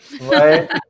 Right